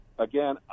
Again